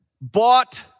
bought